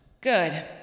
Good